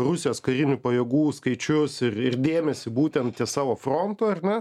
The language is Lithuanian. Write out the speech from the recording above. rusijos karinių pajėgų skaičius ir ir dėmesį būtent ties savo frontą ar ne